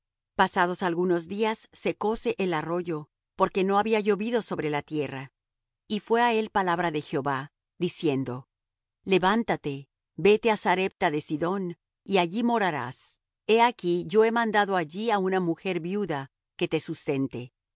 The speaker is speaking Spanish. pasados algunos días secóse el arroyo porque no había llovido sobre la tierra y fué á él palabra de jehová diciendo levántate vete á sarepta de sidón y allí morarás he aquí yo he mandado allí á una mujer viuda que te sustente